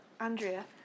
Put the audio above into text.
Andrea